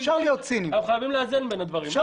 חייבים לאזן בין הדברים.